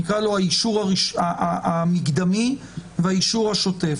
נקרא לו "האישור המקדמי" ו"האישור השוטף",